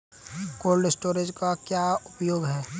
Cold storage का क्या उपयोग है?